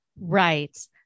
Right